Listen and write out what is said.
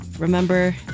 Remember